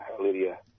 lydia